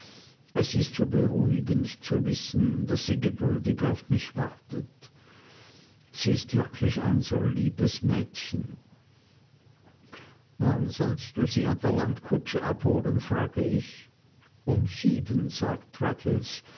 es ist so beruhigend zu wissen daß sie geduldig auf mich wartet sie ist wirklich ein so liebes mädchen wann sollst du sie an der landkutsche abholen frage ich um sieben sagt